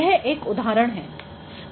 यह एक उदाहरण है